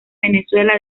venezuela